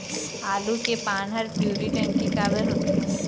आलू के पान हर पिवरी रंग के काबर होथे?